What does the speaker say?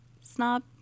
Snob